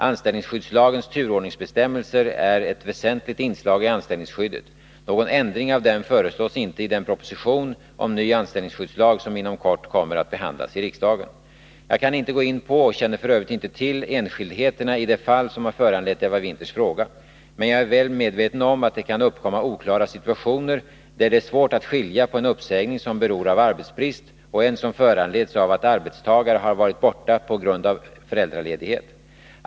Anställningsskyddslagens turordningsbestämmelser är ett väsentligt inslag i anställningsskyddet. Någon ändring av dem föreslås inte i den proposition om en ny anställningsskyddslag som inom kort kommer att behandlas i riksdagen. Jag kan inte gå in på och känner f. ö. inte till enskildheterna i det fall som har föranlett Eva Winthers fråga. Men jag är väl medveten om att det kan uppkomma oklara situationer, där det är svårt att skilja på en uppsägning som beror av arbetsbrist och en som föranleds av att en arbetstagare har varit borta på grund av föräldraledighet.